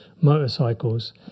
motorcycles